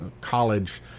college